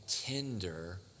tender